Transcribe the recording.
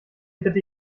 bitte